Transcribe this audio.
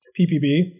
PPB